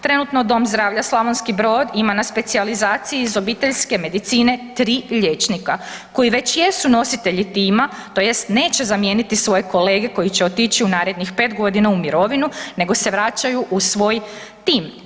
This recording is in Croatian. Trenutno Dom zdravlja Slavonski Brod ima na specijalizaciji iz obiteljske medicine 3 liječnika koji već jesu nositelji tima, tj. neće zamijeniti svoje kolege koji će otići u narednih 5 g. u mirovinu nego se vraćaju u svoj tim.